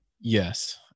Yes